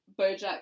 Bojack